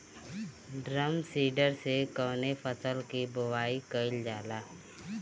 Drum seeder से कवने फसल कि बुआई कयील जाला?